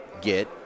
get